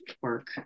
work